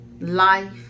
life